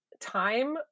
time